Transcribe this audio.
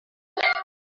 cheaper